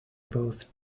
both